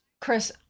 Chris